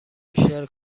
بیشتر